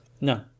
No